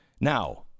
Now